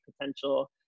potential